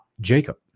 Jacob